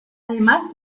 además